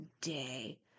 day